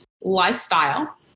lifestyle